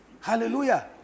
Hallelujah